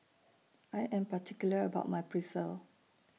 I Am particular about My Pretzel